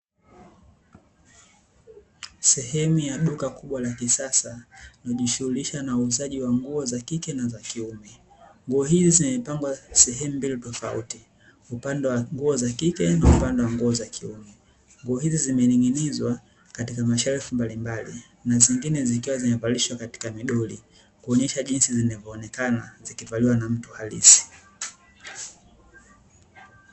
Sehemu ya duka kubwa la kisasa linalojishughulisha na uuzaji wa nguo za kike na za kiume, nguo hizi zimepangwa sehemu mbili tofauti upande wa nguo za kike na upande wa nguo za kiume, nguo hizi zimening'inizwa katika mashelfu mbalimbali na zingine zikiwa zimevalishwa katika midori kuonyesha jinsi zinavyoonekana zikivaliwa na mtu halisi.